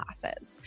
classes